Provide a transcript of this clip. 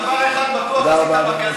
דבר אחד בטוח עשית בקזינו,